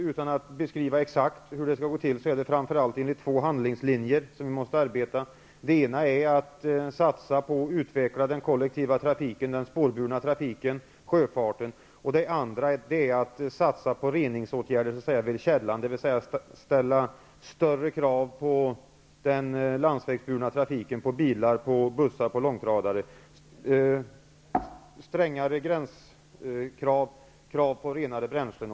Utan att exakt kunna beskriva hur det skall gå till, kan jag i alla fall säga att vi måste arbeta efter framför allt två handlingslinjer: dels att satsa på att utveckla den kollektiva trafiken, den spårbundna trafiken och sjöfarten, dels att satsa på reningsåtgärder vid källan, dvs. ställa högre krav på den landsvägsburna trafiken, på bussar och långtradare. Dessutom måste vi kräva renare bränslen.